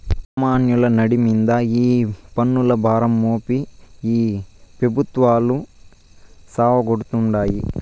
సామాన్యుల నడ్డి మింద ఈ పన్నుల భారం మోపి ఈ పెబుత్వాలు సావగొడతాండాయి